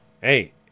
Hey